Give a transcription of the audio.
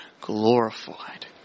glorified